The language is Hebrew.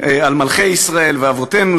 על מלכי ישראל ואבותינו,